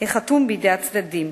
החתום בידי הצדדים.